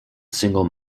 single